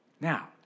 Now